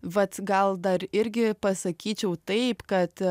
vat gal dar irgi pasakyčiau taip kad